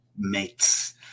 mates